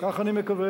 כך אני מקווה,